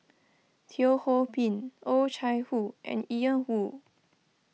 Teo Ho Pin Oh Chai Hoo and Ian Woo